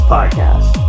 Podcast